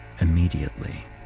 immediately